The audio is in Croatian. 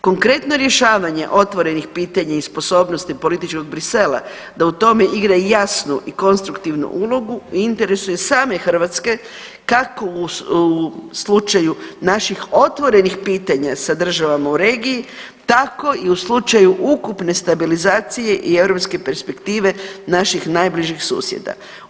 Konkretno rješavanje otvorenih pitanja i sposobnosti političkog Bruxellesa da u tome igra jasnu i konstruktivnu ulogu u interesu je same Hrvatske kako u slučaju naših otvorenih pitanja sa državama u regiji tako i u slučaju ukupne stabilizacije i europske perspektive naših najbližih susjeda.